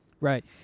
right